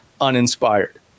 uninspired